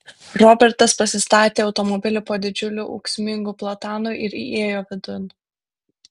robertas pasistatė automobilį po didžiuliu ūksmingu platanu ir įėjo vidun